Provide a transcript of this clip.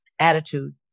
attitude